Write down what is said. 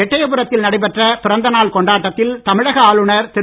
எட்டயபுரத்தில் நடைபெற்ற பிறந்த நாள் கொண்டாட்டத்தில் தமிழக ஆளுநர் திரு